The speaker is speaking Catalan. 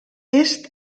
est